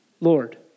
Lord